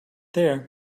there